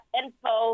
info